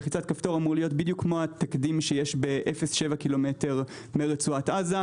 זה אמור להיות בדיוק כמו התקדים שיש ב-0.7 ק"מ מרצועת עזה,